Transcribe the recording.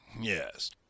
Yes